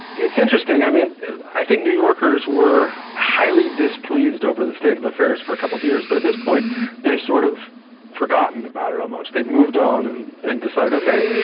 it's interesting, i mean i think new yorkers were highly displeased over the state of affairs for a couple of years, but at this point they've sort of forgotten about it almost, they've moved on and decided ok,